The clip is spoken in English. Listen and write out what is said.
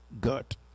good